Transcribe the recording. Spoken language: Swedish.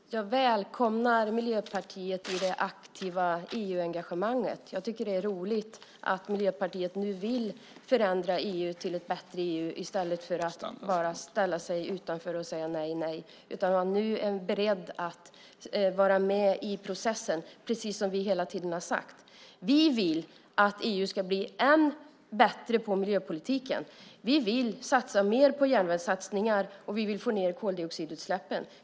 Fru talman! Jag välkomnar Miljöpartiet till det aktiva EU-engagemanget. Jag tycker att det är roligt att Miljöpartiet nu vill förändra EU till ett bättre EU i stället för att bara ställa sig utanför och säga: nej, nej. Man är nu beredd att vara med i processen, precis som vi hela tiden har sagt. Vi vill att EU ska bli än bättre på miljöpolitiken. Vi vill satsa mer på järnvägssatsningar, och vi vill få ned koldioxidutsläppen.